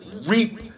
reap